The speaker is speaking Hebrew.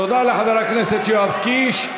תודה לחבר הכנסת יואב קיש.